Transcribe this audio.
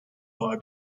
via